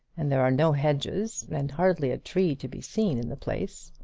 and there are no hedges and hardly a tree to be seen in the place.